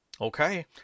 okay